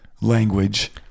language